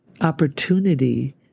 opportunity